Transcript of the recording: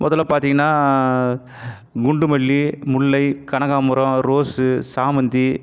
முதல்ல பார்த்திங்கன்னா குண்டு மல்லி முல்லை கனகாமரம் ரோஸ்ஸு சாமந்தி